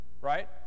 Right